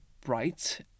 bright